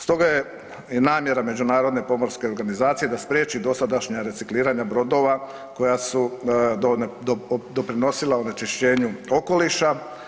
Stoga je i namjera međunarodne pomorske organizacije da spriječi dosadašnja recikliranja brodova koja su doprinosila onečišćenju okoliša.